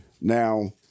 Now